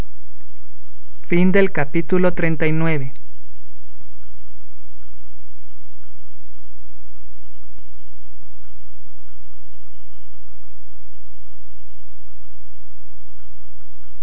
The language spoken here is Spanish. fin del capítulo veinte y